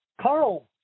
Carl